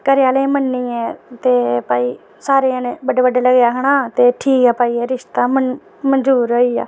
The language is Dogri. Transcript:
ते घरे आह्ले बी मन्नी गे कि भई सारे जनें ते बड्डे बड्डे लग्गे आखना कि ठीक ऐ भई रिश्ता मंजूर होई गेआ